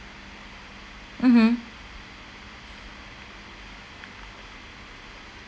mmhmm